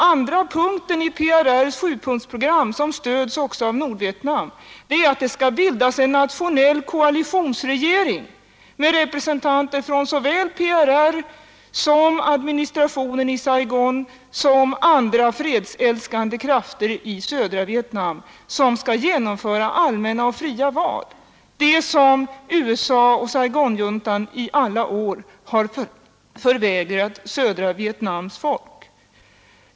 Andra punkten i PRR:s sjupunktsprogram, som också stöds av Nordvietnam, är att det skall bildas en nationell koalitionsregering med representanter från såväl PRR som administrationen i Saigon och fredsälskande krafter i södra Vietnam, som skall genomföra allmänna och fria val — detta som USA och Saigonjuntan i alla år har förvägrat södra Vietnams folk.